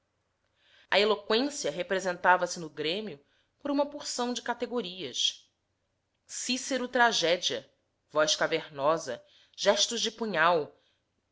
rapaz a eloqüência representava-se no grêmio por uma porção de categorias cícero tragédia voz cavernosa gestos de punhal